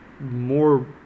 more